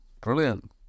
brilliant